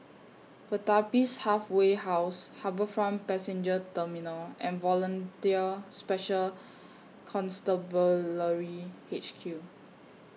Pertapis Halfway House HarbourFront Passenger Terminal and Volunteer Special Constabulary H Q